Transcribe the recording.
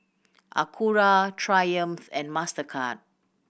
Acura Triumph and Mastercard